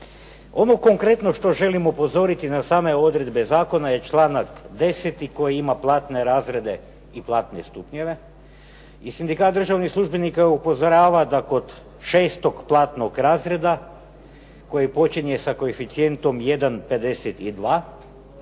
Ono konkretno što želim upozoriti na same odredbe zakona je članak 10. koji ima platne razrede i platne stupnjeve i Sindikat državnih službenika upozorava da kod 6. platnog razreda koji počinje sa koeficijentom 1,52